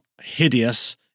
hideous